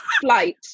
flight